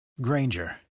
Granger